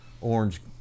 orange